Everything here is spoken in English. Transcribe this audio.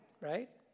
right